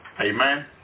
Amen